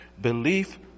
Belief